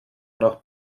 nach